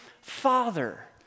Father